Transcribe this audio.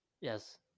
Yes